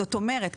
זאת אומרת,